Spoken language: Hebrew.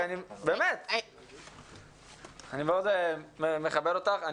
אני מאוד מכבד אותך.